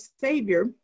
savior